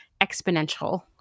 exponential